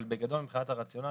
אבל בגדול מבחינת הרציונל,